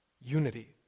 unity